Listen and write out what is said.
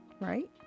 right